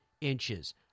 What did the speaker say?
inches